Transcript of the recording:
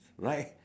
right